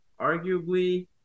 arguably